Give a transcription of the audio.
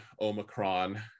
omicron